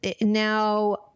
now